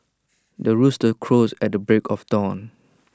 the rooster crows at the break of dawn